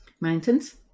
Mountains